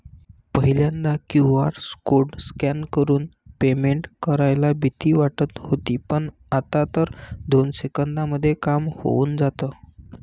पहिल्यांदा QR code scan करून payment करायला भीती वाटत होती पण, आता तर दोन सेकंदांमध्ये काम होऊन जातं